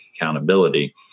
accountability